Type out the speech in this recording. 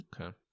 Okay